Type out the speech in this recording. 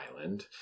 island